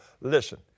listen